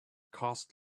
cost